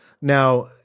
Now